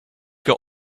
got